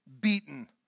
beaten